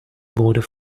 border